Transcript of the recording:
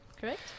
Correct